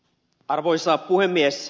arvoisa puhemies